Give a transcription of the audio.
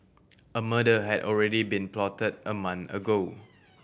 a murder had already been plotted a month ago